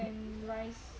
ya